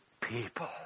people